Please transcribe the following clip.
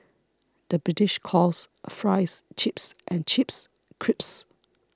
the British calls Fries Chips and Chips Crisps